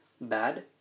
bad